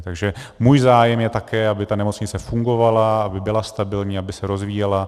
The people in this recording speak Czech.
Takže můj zájem je také, aby ta nemocnice fungovala, aby byla stabilní, aby se rozvíjela.